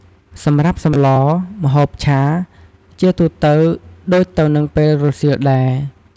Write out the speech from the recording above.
សម្រាប់ សម្លរ ម្ហូបឆា ជាទូទៅដូចទៅនឹងពេលរសៀលដែរ។